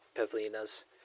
Pavlina's